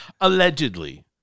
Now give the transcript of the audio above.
Allegedly